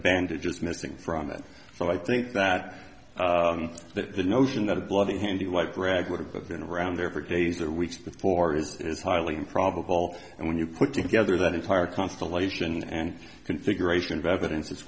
bandages missing from it so i think that that the notion that a bloody handy like rag would have been around there for days or weeks before it is highly improbable and when you put together that entire constellation and configuration of evidence it's